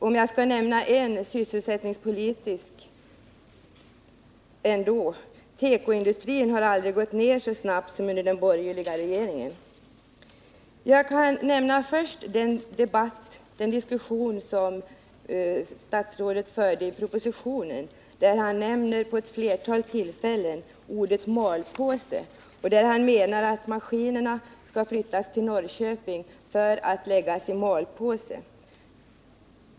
Om jag ändå skall nämna en sysselsättningspolitisk fråga, kan jag hänvisa till att tekoindustrin aldrig har minskat så snabbt tidigare som under den borgerliga regeringens tid. I propositionen förekommer vid ett flertal tillfällen ordet malpåse. Statsrådet menar där att maskinerna skall flyttas till Norrköping för att läggas i malpåse.